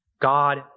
God